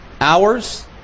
hours